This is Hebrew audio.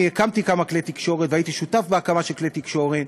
אני הקמתי כמה כלי תקשורת והייתי שותף בהקמה של כלי תקשורת,